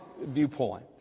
viewpoint